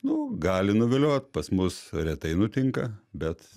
nu gali nuviliot pas mus retai nutinka bet